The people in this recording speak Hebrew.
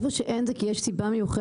איפה שאין זה כי יש סיבה מיוחדת.